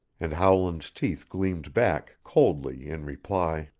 and howland's teeth gleamed back coldly in reply.